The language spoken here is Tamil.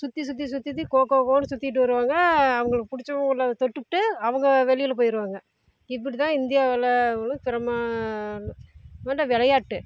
சுற்றி சுற்றி சுற்றி சுற்றி கோ கோன்னு சுற்றிட்டு வருவாங்க அவங்களுக்கு பிடிச்சவங்கள தொட்டுவிட்டு அவங்க வெளியில் போய்ருவாங்க இப்படிதான் இந்தியாவில் விளையாட்டு